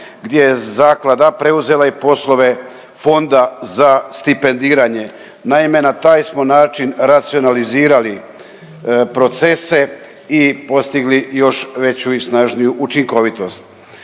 gdje je zaklada preuzela i poslove Fonda za stipendiranje. Naime, na taj smo način racionalizirali procese i postigli još veću i snažniju učinkovitost.